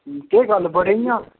केह् गल्ल बड़े इ'यां